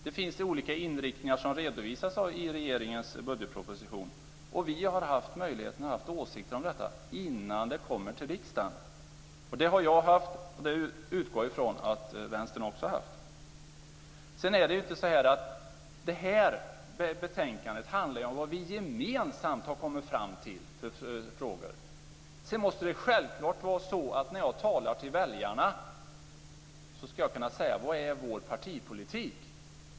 Det finns olika inriktningar som redovisas i regeringens budgetproposition. Vi har haft möjligheter att ha åsikter om detta innan det kommer till riksdagen. Det har jag haft, och jag utgår ifrån att Vänstern också har haft det. Det här betänkandet handlar om det som vi gemensamt har kommit fram till i olika frågor. Sedan måste det självklart vara så att när jag talar till väljarna ska jag kunna redogöra för vår partipolitik.